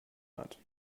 hat